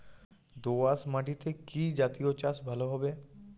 দোয়াশ মাটিতে কি জাতীয় চাষ ভালো হবে?